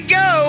go